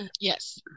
Yes